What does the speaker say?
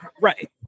Right